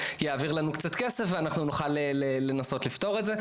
יעביר לנו קצת כסף ואנחנו נוכל לנסות לפתור את זה,